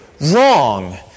wrong